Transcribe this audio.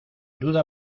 duda